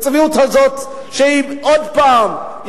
הצביעות הזאת שהיא עוד פעם,